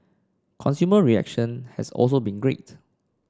consumer reaction has also been great